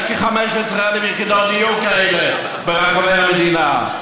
יש כ-15,000 יחידות דיור כאלה ברחבי המדינה,